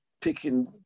picking